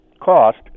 cost